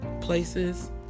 places